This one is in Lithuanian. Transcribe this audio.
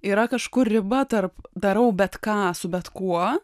yra kažkur riba tarp darau bet ką su bet kuo